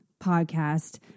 podcast